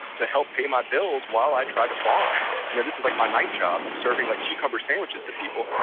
to help pay my bills while i try to farm. you know this this is like my night job, i'm serving like cucumber sandwiches to people.